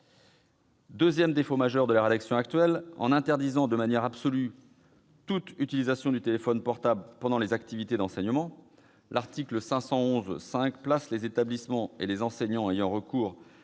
Deuxièmement, parce qu'il interdit de manière absolue toute utilisation du téléphone portable pendant les activités d'enseignement, l'article L. 511-5 place les établissements et les enseignants ayant recours